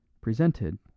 presented